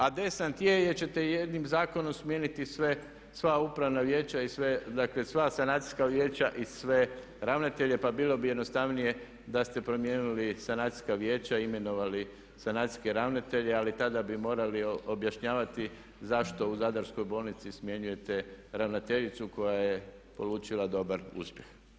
A desant je jer ćete jednim zakonom smijeniti sve, sva upravna vijeća i sve, dakle sva sanacijska vijeća i sve ravnatelje pa bilo bi jednostavnije da ste promijenili sanacijska vijeća i imenovali sanacijske ravnatelje ali tada bi morali objašnjavati zašto u Zadarskoj bolnici smjenjujete ravnateljicu koja je polučila dobar uspjeh.